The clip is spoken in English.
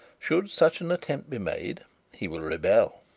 should such an attempt be made he will rebel.